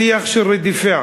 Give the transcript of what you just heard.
שיח של רדיפה,